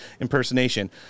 impersonation